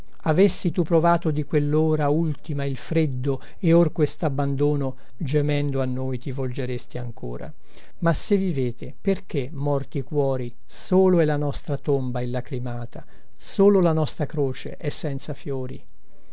avessi tu provato di quellora ultima il freddo e or questabbandono gemendo a noi ti volgeresti ancora ma se vivete perché morti cuori solo è la nostra tomba illacrimata solo la nostra croce è senza fiori